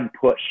push